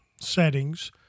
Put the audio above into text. settings